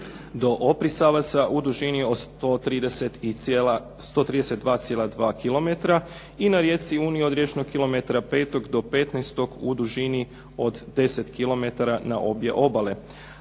do Oprisavaca, u dužini od 132,2 kilometra. I na rijeci Uni od riječnog kilometra 5. do 15. u dužini od 10 kilometara na obje obale.